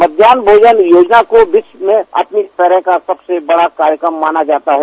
मध्याहन भोजन योजना को विश्व में अपनी तरह का सबसे बड़ा कार्यक्रम माना जाता है